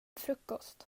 frukost